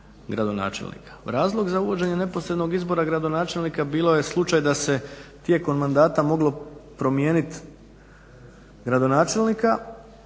Razlog za uvođenje neposrednog izbora gradonačelnika bilo je slučaj da se tijekom mandata moglo promijeniti gradonačelnika